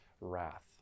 wrath